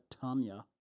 Tanya